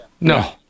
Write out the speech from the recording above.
No